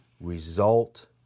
result